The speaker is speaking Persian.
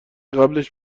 قبلش